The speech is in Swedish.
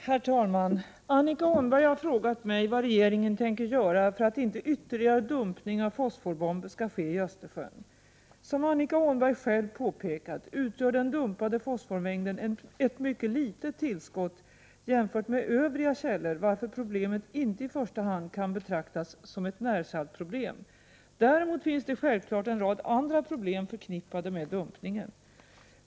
Herr talman! Annika Åhnberg har frågat mig vad regeringen tänker göra för att inte ytterligare dumpning av fosforbomber skall ske i Östersjön. Som Annika Åhnberg själv påpekat utgör den dumpade fosformängden ett mycket litet tillskott jämfört med övriga källor, varför problemet i första hand inte kan betraktas som ett närsaltsproblem. Däremot finns det självklart en rad andra problem förknippade med dumpningen.